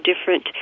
different